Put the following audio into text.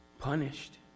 punished